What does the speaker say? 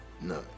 no